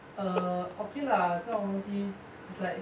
err okay lah 这种东西 it's like